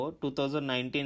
2019